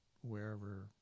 wherever